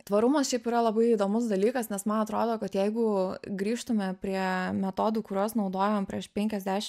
tvarumas šiaip yra labai įdomus dalykas nes man atrodo kad jeigu grįžtume prie metodų kuriuos naudojom prieš penkiasdešimt